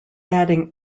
adding